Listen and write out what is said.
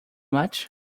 much